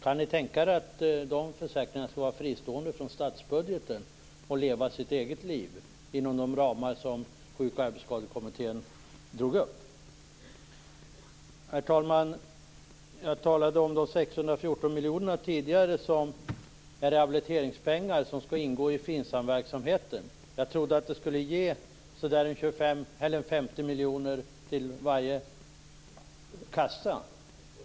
Kan ni tänka er att de försäkringarna skall vara fristående från statsbudgeten och leva sitt eget liv inom de ramar som Sjuk och arbetsskadekommittén drog upp? Herr talman! Jag talade tidigare om de 614 miljonerna som är rehabiliteringspengar och som skall ingå i FINSAM-verksamheten. Jag trodde att det skulle ge ungefär 50 miljoner till varje kassa.